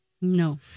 No